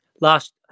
last